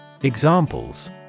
Examples